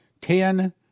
Ten